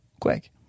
quick